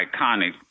iconic